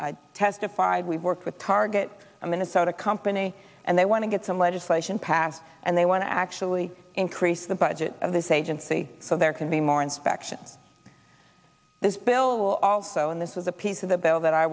testified we work with target a minnesota company and they want to get some legislation passed and they want to actually increase the budget of this agency so there can be more inspection this bill will also and this is a piece of the bill that i